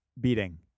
beating